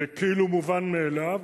זה כאילו מובן מאליו.